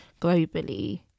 globally